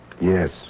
Yes